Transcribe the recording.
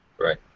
Right